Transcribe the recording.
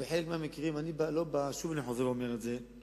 בחלק מהמקרים, אני חוזר ואומר, אני